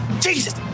Jesus